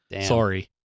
Sorry